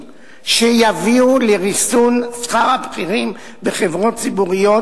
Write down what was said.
שיביאו לריסון שכר הבכירים בחברות ציבוריות,